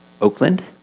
Oakland